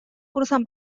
cruzan